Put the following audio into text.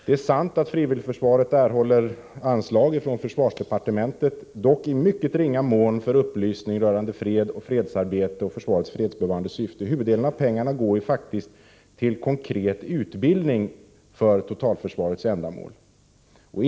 Det är sant att frivilligförsvaret erhåller anslag från försvarsdepartementet, dock i mycket ringa mån för upplysning rörande fred, fredsarbete och försvarets fredsbevarande syfte. Huvuddelen av pengarna går faktiskt till konkret utbildning för totalförsvarets ändamål.